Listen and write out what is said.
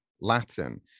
Latin